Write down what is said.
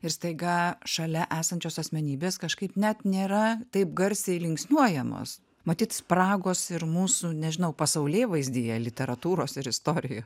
ir staiga šalia esančios asmenybės kažkaip net nėra taip garsiai linksniuojamos matyt spragos ir mūsų nežinau pasaulėvaizdyje literatūros ir istorijos